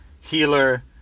healer